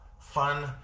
fun